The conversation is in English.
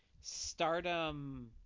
stardom